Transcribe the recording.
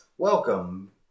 Welcome